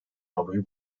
avroyu